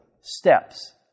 steps